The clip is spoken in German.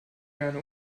gerne